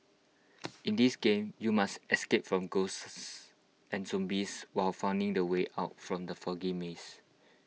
in this game you must escape from ghosts and zombies while finding the way out from the foggy maze